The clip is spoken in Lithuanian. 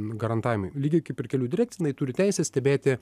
garantavimui lygiai kaip ir kelių direkcija jinai turi teisę stebėti